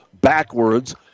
backwards